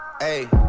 Hey